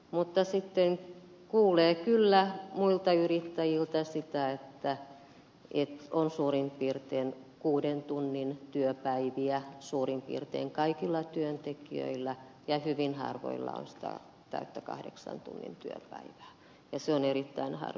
mutta sitten kuulee kyllä muilta yrittäjiltä sitä että on suurin piirtein kuuden tunnin työpäiviä suurin piirtein kaikilla työntekijöillä ja hyvin harvoilla on sitä täyttä kahdeksan tunnin työpäivää ja se on erittäin hard